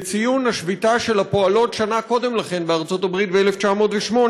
לציון השביתה של הפועלות שנה קודם לכן בארצות-הברית ב-1908.